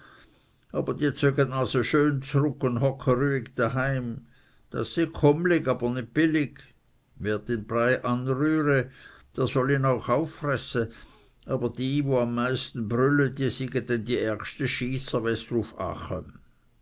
aber die zöge de dnase schön z'rück und hocke rüihig daheim das syg chumlig aber nit billig wer den brei anrühre der söll ihn auch auffresse aber die wo am meisten brülle die syge denn die ärgste schyßer